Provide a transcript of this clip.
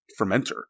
fermenter